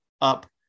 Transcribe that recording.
up